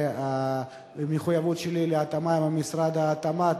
ויש מחויבות שלי לתיאום עם משרד התמ"ת,